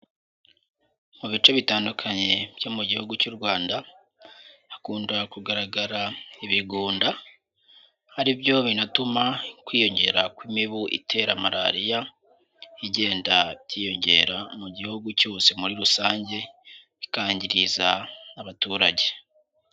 Mu bice bitandukanye byo mu gihugu cy'u Rwanda, hakunda kugaragara ibigunda aribyo binatuma kwiyongera kw'imibu itera malariya igenda byiyongera mu gihugu cyose muri rusange, bikangiriza abaturage.